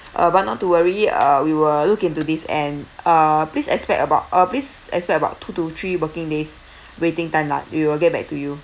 uh but not to worry uh we will look into this and uh please expect about uh please expect about two to three working days waiting time lah we will get back to you